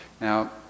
Now